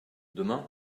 demain